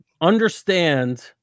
understand